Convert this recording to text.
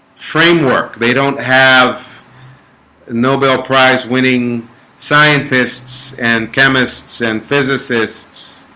framework they don't have nobel prize-winning scientists and chemists and physicists